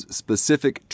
specific